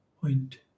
point